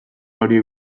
horiek